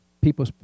people